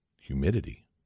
humidity